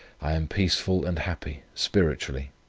i am peaceful and happy, spiritually,